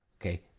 okay